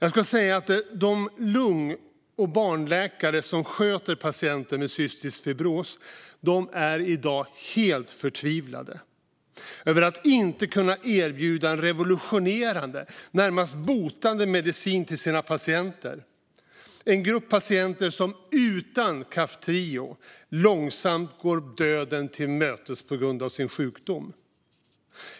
De lung och barnläkare som sköter patienter med cystisk fibros är i dag helt förtvivlade över att inte kunna erbjuda en revolutionerande, närmast botande medicin till sina patienter. Det är en grupp patienter som utan Kaftrio långsamt går döden till mötes på grund av sin sjukdom.